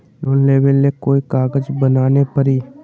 Loan लेबे ले कोई कागज बनाने परी?